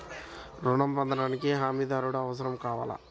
ఋణం పొందటానికి హమీదారుడు అవసరం కావాలా?